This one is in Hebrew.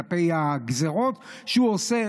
הגזרות שהוא עושה.